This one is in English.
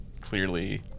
clearly